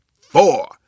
four